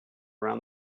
around